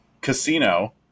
Casino